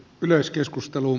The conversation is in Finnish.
yleiskeskustelu